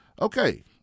Okay